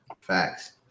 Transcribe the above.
Facts